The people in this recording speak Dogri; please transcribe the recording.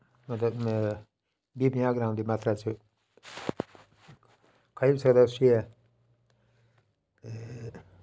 मतलव बीह् पंजा ग्राम दी मात्रा च खाई बी सकदा ते